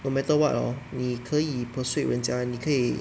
no matter what hor 你可以 persuade 人家你可以